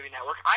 Network